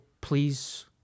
please